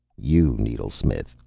you, needlesmith,